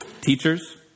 teachers